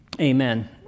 amen